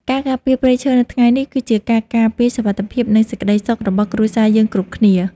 ការការពារព្រៃឈើនៅថ្ងៃនេះ គឺជាការការពារសុវត្ថិភាព និងសេចក្តីសុខរបស់គ្រួសារយើងគ្រប់គ្នា។